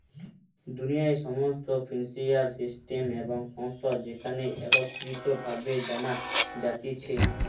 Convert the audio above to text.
দুনিয়ার সমস্ত financial system এবং সংস্থা যেখানে একত্রিত ভাবে জানা যাতিছে